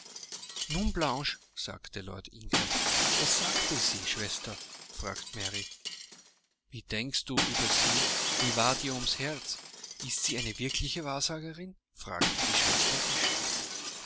nun blanche sagte lord ingram was sagte sie schwester fragte mary wie denkst du über sie wie war dir ums herz ist sie eine wirkliche wahrsagerin fragten die schwestern